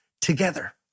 together